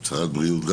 גם הצהרת בריאות?